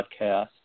podcast